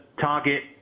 target